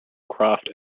craft